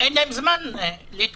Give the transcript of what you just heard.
אין להם זמן להתכונן.